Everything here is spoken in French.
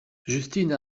justine